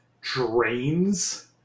drains